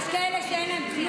יש כאלה שאין להם כלום.